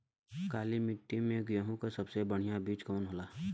काली मिट्टी में गेहूँक सबसे बढ़िया बीज कवन होला?